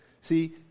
see